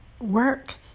work